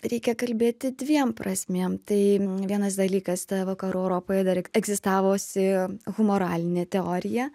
reikia kalbėti dviem prasmėm tai vienas dalykas ta vakarų europoj dar egzistavusi humoralinė teorija